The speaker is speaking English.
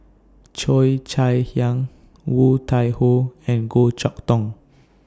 Cheo Chai Hiang Woon Tai Ho and Goh Chok Tong